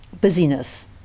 busyness